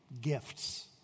gifts